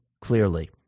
clearly